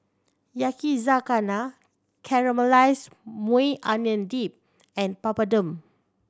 Yakizakana Caramelized Maui Onion Dip and Papadum